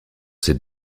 ses